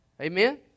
Amen